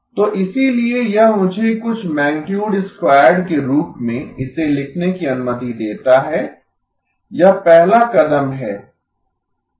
तो इसीलिए यह मुझे कुछ मैगनीटुड स्क्वायर्ड के रूप में इसे लिखने की अनुमति देता है यह पहला कदम है